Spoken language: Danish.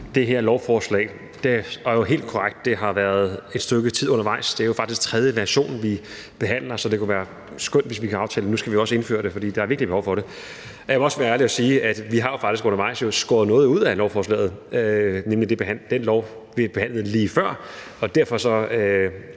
det her lovforslag. Det er jo helt korrekt, at det har været et stykke tid undervejs, det er faktisk tredje version, vi behandler. Så det kunne være skønt, hvis vi kunne aftale, at nu skal vi også indføre det, for der er virkelig behov for det. Jeg vil også være ærlig og sige, at vi undervejs faktisk har skåret noget ud af lovforslaget, nemlig det lovforslag, vi behandlede lige før, og derfor er